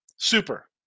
Super